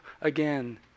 again